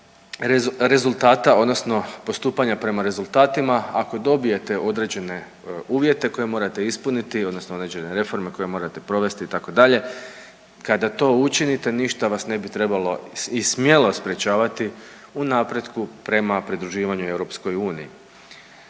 odnosno postupanja prema rezultatima ako dobijete određene uvjete koje morate ispuniti odnosno određene reforme koje morate provesti itd. kada to učinite ništa vas ne bi trebalo i smjelo sprečavati u napretku prema pridruživanju EU. Ako nema